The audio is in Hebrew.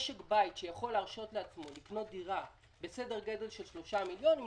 משק בית שיכול להרשות לעצמו לקנות דירה בסדר גודל של 3 מיליון שקל,